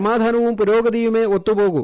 സമാധാനവും പുരോഗതിയുമേ ഒത്തു പോകു